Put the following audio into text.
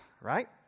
right